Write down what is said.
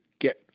get